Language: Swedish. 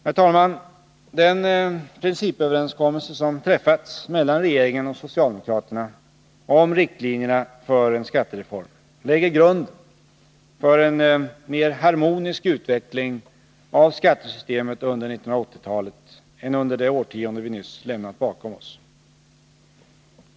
Herr talman! Den principöverenskommelse som träffats mellan regeringen och socialdemokraterna om riktlinjerna för en skattereform lägger grunden för en mer harmonisk utveckling av skattesystemet under 1980-talet än under det årtionde vi nyss lämnat bakom oss.